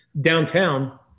downtown